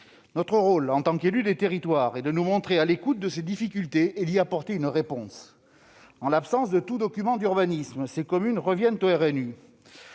Notre rôle en tant qu'élus des territoires est de nous montrer à l'écoute de ces difficultés et d'y apporter une réponse. En l'absence de tout document d'urbanisme, ces communes reviennent au RNU.